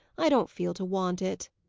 i don't feel to want it.